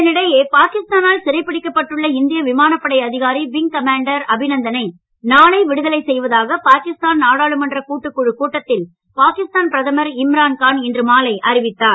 இதனிடையே பாகிஸ்தானால் சிறைப்பிடிக்கப்பட்டுள்ள இந்திய விமானப்படை அதிகாரி விங் கமாண்டர் அபிநந்தனை நாளை விடுதலை செய்வதாக பாகிஸ்தான் நாடாளுமன்ற கூட்டுக்குழு கூட்டத்தில் பாகிஸ்தான் பிரதமர் இம்ரான்கான் இன்று மாலை அறிவித்தார்